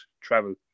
travel